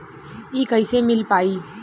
इ कईसे मिल पाई?